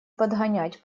подгонять